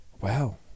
wow